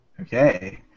Okay